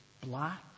black